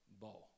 bow